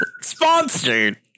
Sponsored